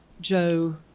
Joe